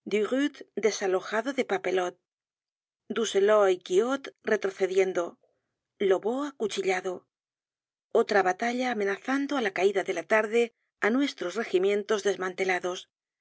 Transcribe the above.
desalojado de papelotte douzelot y quiot retrocediendo lobau acuchillado otra batalla amenazando á la caida de la tarde á nuestros regimientos desmantelados